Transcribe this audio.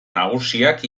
nagusiak